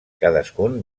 cadascun